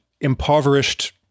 impoverished